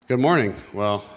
good morning, well,